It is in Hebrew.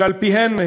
שעל-פיהם,